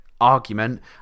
argument